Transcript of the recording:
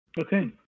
Okay